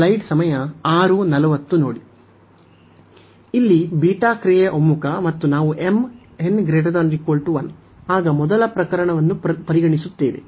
ಇಲ್ಲಿ ಬೀಟಾ ಕ್ರಿಯೆಯ ಒಮ್ಮುಖ ಮತ್ತು ನಾವು m n≥1 ಆಗ ಮೊದಲ ಪ್ರಕರಣವನ್ನು ಪರಿಗಣಿಸುತ್ತೇವೆ